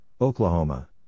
Oklahoma